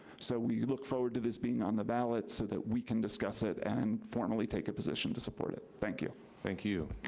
so we look forward to this being on the ballot so that we can discuss it and formally take a position to support it, thank you. thank you.